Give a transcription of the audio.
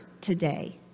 today